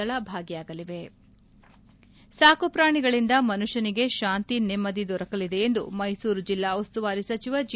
ದೇವೇಗೌಡ ಸಾಕು ಪ್ರಾಣಿಗಳಿಂದ ಮುನುಷ್ಟನಿಗೆ ಶಾಂತಿ ನೆಮ್ಲದಿ ದೊರಕಲಿದೆ ಎಂದು ಮೈಸೂರು ಜಿಲ್ಲಾ ಉಸ್ತುವಾರಿ ಸಚಿವ ಜಿ